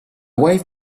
wife